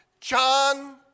John